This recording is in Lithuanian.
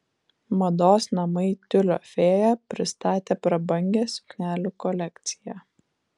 mados namai tiulio fėja pristatė prabangią suknelių kolekciją